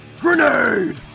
Grenade